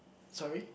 sorry